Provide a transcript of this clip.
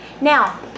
Now